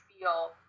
feel